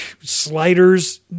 sliders